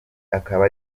akaba